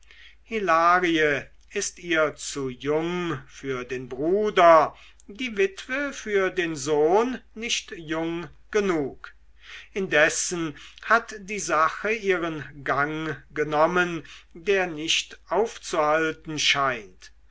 hilarie ist ihr zu jung für den bruder die witwe für den sohn nicht jung genug indessen hat die sache ihren gang genommen der nicht aufzuhalten scheint